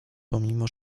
pomimo